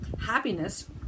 Happiness